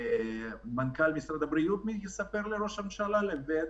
שמנכ"ל משרד הבריאות יספר לראש הממשלה לבין